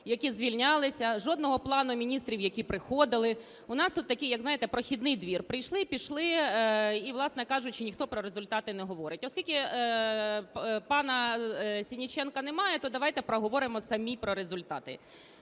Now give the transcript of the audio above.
які звільнялися, жодного плану міністрів, які приходили. У нас тут такий, знаєте, як прохідний двір: прийшли – пішли. І, власне кажучи, ніхто про результати не говорить. Оскільки пана Сенниченка немає, то давайте проговоримо самі про результати.